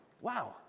Wow